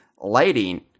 lighting